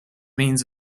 means